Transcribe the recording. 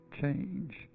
change